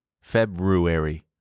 February